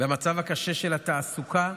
למצב הקשה של התעסוקה,